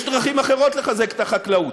יש דרכים אחרות לחזק את החקלאות.